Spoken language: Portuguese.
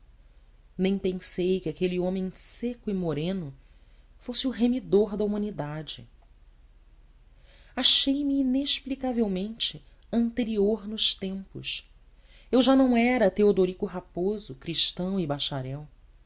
nem pensei que aquele homem seco e moreno fosse o remidor da humanidade achei-me inexplicavelmente anterior nos tempos eu já não era teodorico raposo cristão e bacharel